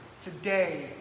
Today